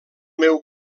meu